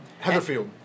Heatherfield